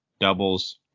doubles